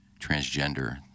transgender